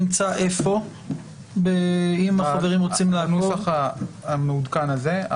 איפה נמצא הנוסח הזה?